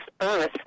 earth